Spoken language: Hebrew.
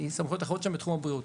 סמכויות אחרות שהם בתחום הבריאות,